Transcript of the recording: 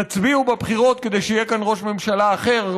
תצביעו בבחירות כדי שיהיה כאן ראש ממשלה אחר,